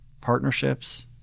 partnerships